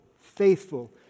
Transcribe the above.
faithful